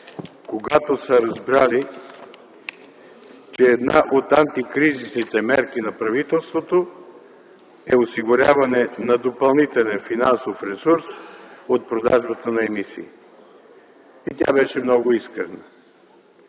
когато са разбрали, че една от антикризисните мерки на правителството е осигуряване на допълнителен финансов ресурс от продажбата на емисии. И тя беше много искрена.